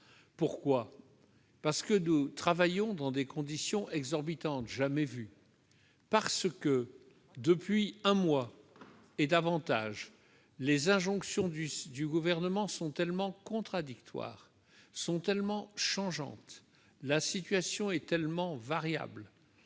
Pourquoi ? Parce que nous travaillons dans des conditions exorbitantes jamais vues. Parce que, depuis un mois, voire davantage, les injonctions du Gouvernement sont tellement contradictoires, tellement changeantes, la situation tellement variable